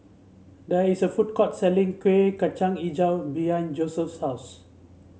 there is a food court selling Kueh Kacang hijau behind Joseph's house